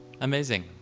Amazing